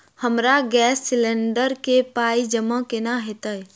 हमरा gas cylinder केँ पाई जमा केना हएत?